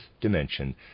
dimension